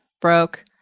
broke